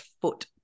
foot